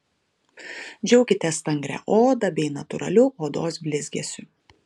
džiaukitės stangria oda bei natūraliu odos blizgesiu